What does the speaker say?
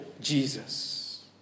Jesus